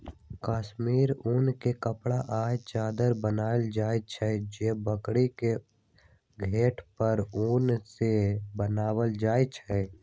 कस्मिर उन के कपड़ा आ चदरा बनायल जाइ छइ जे बकरी के घेट पर के उन से बनाएल जाइ छइ